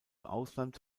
ausland